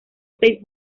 seis